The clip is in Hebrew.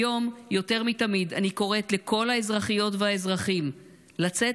היום יותר מתמיד אני קוראת לכל האזרחיות והאזרחים לצאת